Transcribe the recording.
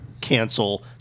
cancel